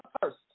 first